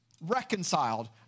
reconciled